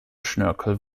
schnörkel